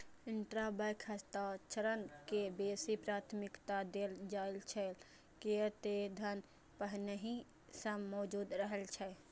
intrabank हस्तांतरण के बेसी प्राथमिकता देल जाइ छै, कियै ते धन पहिनहि सं मौजूद रहै छै